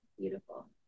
beautiful